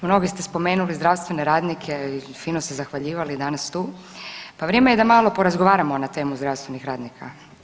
Mnogi ste spomenuli zdravstvene radnike i fino se zahvaljivali danas tu, pa vrijeme je da malo porazgovaramo na temu zdravstvenih radnika.